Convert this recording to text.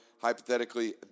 Hypothetically